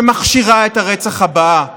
שמכשירה את הרצח הבא.